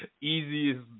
easiest